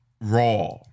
Raw